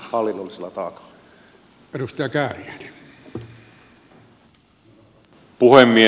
herra puhemies